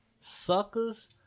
Suckers